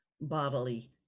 bodily